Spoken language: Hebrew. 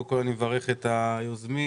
אני מברך את היוזמים.